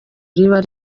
riba